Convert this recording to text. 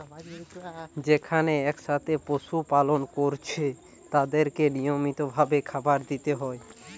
যেখানে একসাথে পশু পালন কোরছে তাদেরকে নিয়মিত ভাবে খাবার দিতে হয়